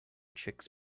chicks